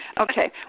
Okay